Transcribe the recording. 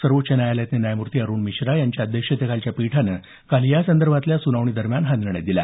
सर्वोच्च न्यायालयातले न्यायमूर्ती अरुण मिश्रा यांच्या अध्यक्षतेखालच्या पीठानं काल यासंदर्भातल्या सुनावणी दरम्यान हा निर्णय दिला